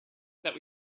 that